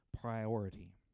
priority